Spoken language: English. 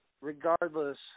Regardless